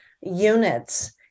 units